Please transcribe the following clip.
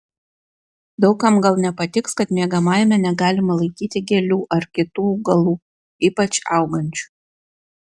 daug kam gal nepatiks kad miegamajame negalima laikyti gėlių ar kitų augalų ypač augančių